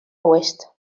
oest